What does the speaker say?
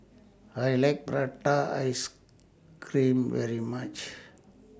I like Prata Ice Cream very much